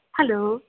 hello